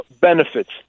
Benefits